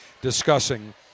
discussing